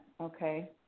Okay